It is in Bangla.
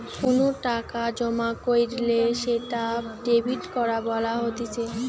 কোনো টাকা জমা কইরলে সেটা ডেবিট করা বলা হতিছে